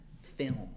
film